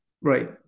Right